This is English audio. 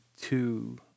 two